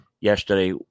yesterday